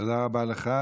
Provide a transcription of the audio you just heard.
תודה רבה לך.